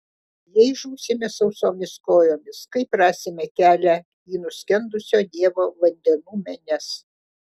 jei žūsime sausomis kojomis kaip rasime kelią į nuskendusio dievo vandenų menes